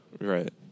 right